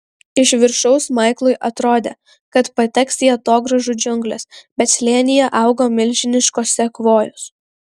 iš viršaus maiklui atrodė kad pateks į atogrąžų džiungles bet slėnyje augo milžiniškos sekvojos